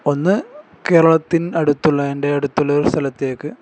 ഒന്ന് കേരളത്തിന്റെ അടുത്തുള്ള എൻ്റെ അടുത്തുള്ള ഒരു സ്ഥലത്തേക്ക്